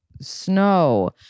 snow